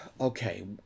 Okay